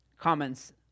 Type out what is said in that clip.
comments